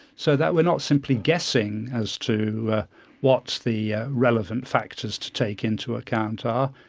so that we're not simply guessing as to what the relevant factors to take into account are,